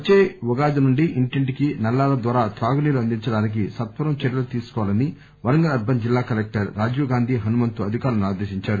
వచ్చే ఉగాది నుండి ఇంటింటికి నల్లాల ద్వారా త్రాగునీరు అందించడానికి సత్వరం చర్యలు తీసుకోవాలని వరంగల్ అర్బన్ జిల్లా కలెక్టర్ రాజీవ్ గాంధీ హనుమంతు అధికారులను ఆదేశించారు